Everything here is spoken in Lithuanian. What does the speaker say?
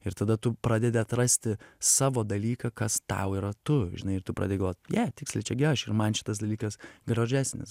ir tada tu pradedi atrasti savo dalyką kas tau yra tu žinai ir tu pradedi je tiksliai čia gi aš ir man šitas dalykas gražesnis